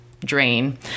drain